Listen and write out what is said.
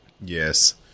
Yes